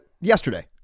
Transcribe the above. yesterday